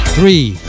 Three